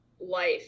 life